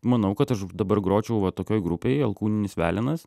manau kad aš dabar gročiau va tokioj grupėj alkūninis velenas